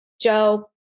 Joe